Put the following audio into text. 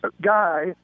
guy